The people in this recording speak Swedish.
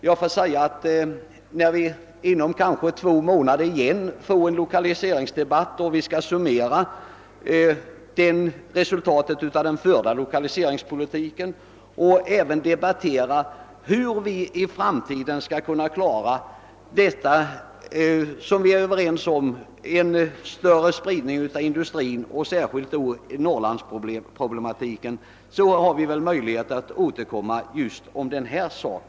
Men vi får ju en ny lokaliseringsdebatt inom två månader då vi skall summera resultaten av den förda lokaliseringspolitiken och även debattera hur vi i framtiden skall klara av problemen i Norrland och åstadkomma en större spridning av näringslivet, och då har vi ju möjligheter att återkomma till denna fråga.